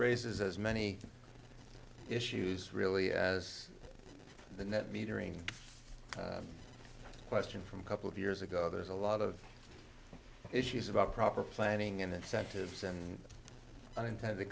raises as many issues really as the net metering question from a couple of years ago there's a lot of issues about proper planning and incentives and unintended